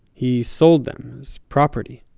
he sold them as property.